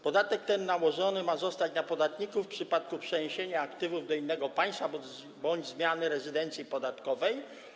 Podatek ten ma zostać nałożony na podatników w przypadku przeniesienia aktywów do innego państwa bądź zmiany rezydencji podatkowej.